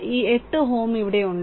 ഈ 8Ω ഇവിടെയുണ്ട്